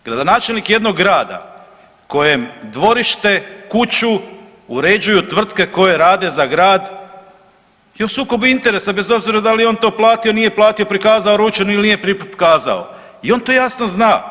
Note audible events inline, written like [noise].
Gradonačelnik jednog grada kojem dvorište, kuću, uređuju tvrtke koje rade za grad je u sukobu interesa, bez obzira da li je on to platio, nije platio, prikazao ... [unintelligible] ili nije ... [unintelligible] pokazao i on to jasno zna.